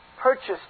Purchased